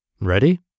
Ready